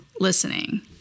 listening